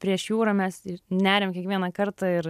prieš jūrą mes neriam kiekvieną kartą ir